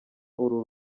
uru